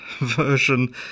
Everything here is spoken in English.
version